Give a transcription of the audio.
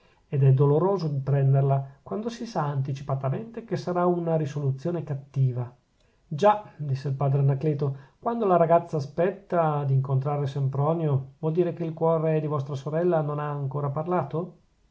ed è doloroso il prenderla quando si sa anticipatamente che sarà una risoluzione cattiva già disse il padre anacleto quando la ragazza aspetta d'incontrare sempronio vuol dire che il cuore di vostra sorella non ha ancora parlato